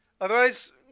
Otherwise